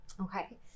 Okay